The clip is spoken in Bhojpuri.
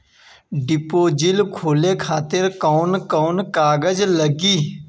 डिपोजिट खोले खातिर कौन कौन कागज लागी?